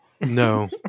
no